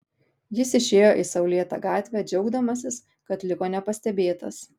jis išėjo į saulėtą gatvę džiaugdamasis kad liko nepastebėtas